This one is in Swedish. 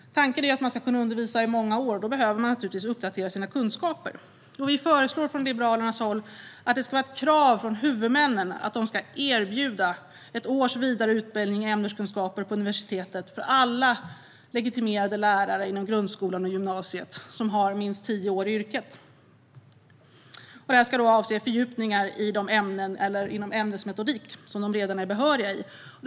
Tanken är att man ska kunna undervisa i många år, och då behöver man naturligtvis uppdatera sina kunskaper. Liberalerna föreslår att det ska finnas ett krav på huvudmännen att erbjuda ett års vidareutbildning på universitet i ämneskunskaper för alla legitimerade lärare inom grundskola och gymnasium som har minst tio år i yrket. Detta ska avse fördjupningar i de ämnen som de redan är behöriga i eller ämnesmetodik.